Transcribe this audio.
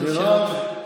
מירב,